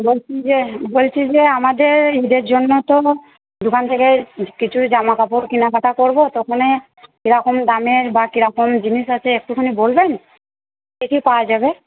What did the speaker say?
বলছি যে বলছি যে আমাদের ঈদের জন্য তো দোকান থেকে কিছু জামাকাপড় কেনাকাটা করবো তো কীরকম দামের বা কীরকম জিনিস আছে একটুখানি বলবেন কী কী পাওয়া যাবে